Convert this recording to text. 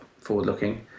forward-looking